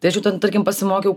tai aš jau ten tarkim pasimokiau